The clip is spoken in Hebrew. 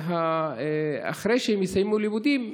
אחרי שהם יסיימו לימודים,